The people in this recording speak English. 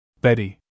Betty